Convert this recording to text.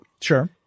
Sure